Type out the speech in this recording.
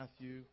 Matthew